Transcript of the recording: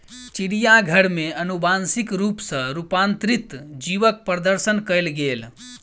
चिड़ियाघर में अनुवांशिक रूप सॅ रूपांतरित जीवक प्रदर्शन कयल गेल